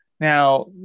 Now